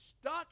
stuck